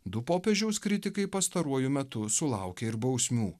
du popiežiaus kritikai pastaruoju metu sulaukė ir bausmių